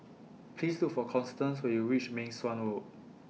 Please Look For Constance when YOU REACH Meng Suan Road